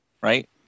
Right